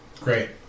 Great